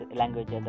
language